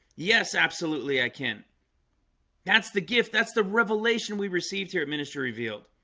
yes. absolutely i can that's the gift. that's the revelation we received here at ministry revealed